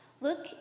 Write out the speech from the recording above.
Look